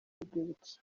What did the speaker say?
urwibutso